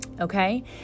Okay